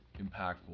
impactful